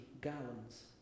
gallons